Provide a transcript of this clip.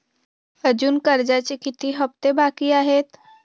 अजुन कर्जाचे किती हप्ते बाकी आहेत?